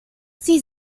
sie